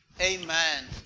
Amen